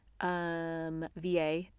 VA